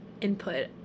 input